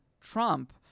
Trump